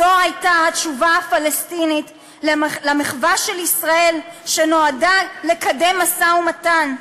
זו הייתה התשובה הפלסטינית למחווה של ישראל שנועדה לקדם משא-ומתן,